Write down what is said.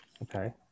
Okay